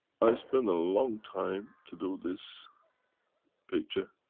i spent a long time to do this picture.